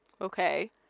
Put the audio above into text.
okay